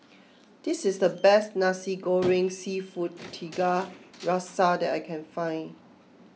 this is the best Nasi Goreng Seafood Tiga Rasa that I can find